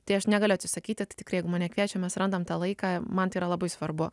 tai aš negaliu atsisakyti tai tikrai jeigu mane kviečia mes randam tą laiką man tai yra labai svarbu